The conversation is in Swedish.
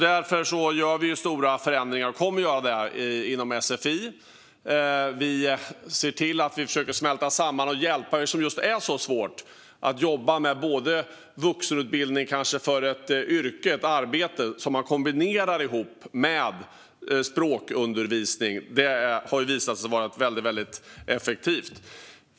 Därför gör vi och kommer att göra stora förändringar inom sfi. Just eftersom det är så svårt att jobba med vuxenutbildning för ett yrke, ett arbete, kombinerat med språkundervisning försöker vi smälta samman det och hjälpa till där. Det har visat sig vara väldigt effektivt.